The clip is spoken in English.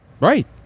Right